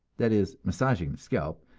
that is, massaging the scalp,